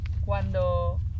cuando